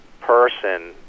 person